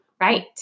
Right